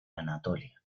anatolia